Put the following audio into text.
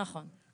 נכון.